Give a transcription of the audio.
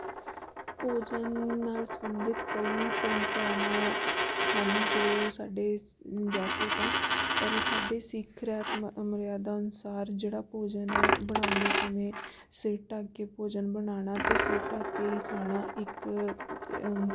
ਭੋਜਨ ਨਾਲ ਸਬੰਧਿਤ ਕਈ ਪ੍ਰੰਪਰਾਵਾਂ ਹਨ ਜੋ ਸਾਡੇ ਸ ਵੈਸੇ ਤਾਂ ਪਰ ਸਾਡੇ ਸਿੱਖ ਮਰ ਮਰਿਆਦਾ ਅਨੁਸਾਰ ਜਿਹੜਾ ਭੋਜਨ ਹੈ ਬਣਾਉਂਦੇ ਸਮੇਂ ਸਿਰ ਢੱਕ ਕੇ ਭੋਜਨ ਬਣਾਉਣਾ ਅਤੇ ਸਿਰ ਢੱਕ ਕੇ ਹੀ ਖਾਣਾ ਇੱਕ ਤ